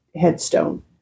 headstone